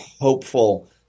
hopeful